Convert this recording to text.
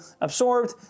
absorbed